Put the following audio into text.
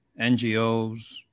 NGOs